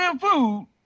food